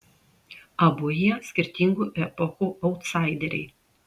abu jie skirtingų epochų autsaideriai